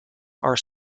are